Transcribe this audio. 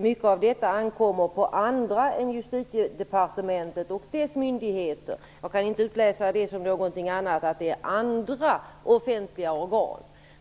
mycket av detta ankommer på andra än Justitiedepartementet och dess myndigheter. Jag kan inte utläsa det som någonting annat än att det är andra offentliga organ.